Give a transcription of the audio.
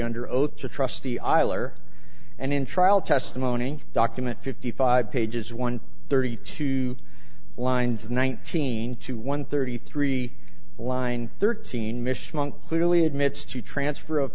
under oath to trust the iler and in trial testimony document fifty five pages one thirty two lines nineteen to one thirty three line thirteen mish monk clearly admits to transfer of